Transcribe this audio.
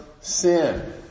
sin